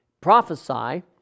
prophesy